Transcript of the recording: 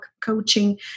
coaching